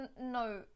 no